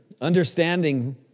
understanding